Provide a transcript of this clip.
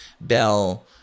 Bell